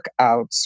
workouts